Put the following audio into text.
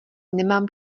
nemám